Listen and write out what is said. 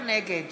נגד